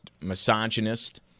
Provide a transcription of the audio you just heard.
misogynist